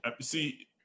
See